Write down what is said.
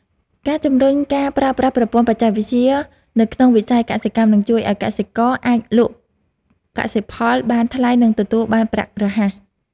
ការជំរុញការប្រើប្រាស់ប្រព័ន្ធបច្ចេកវិទ្យានៅក្នុងវិស័យកសិកម្មនឹងជួយឱ្យកសិករអាចលក់កសិផលបានថ្លៃនិងទទួលបានប្រាក់រហ័ស។